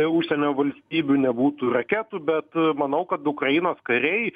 užsienio valstybių nebūtų raketų bet manau kad ukrainos kariai